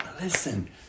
Listen